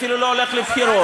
ואפילו לא הולך לבחירות,